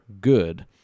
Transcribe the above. good